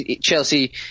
Chelsea